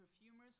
perfumers